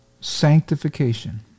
sanctification